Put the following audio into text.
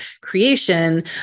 creation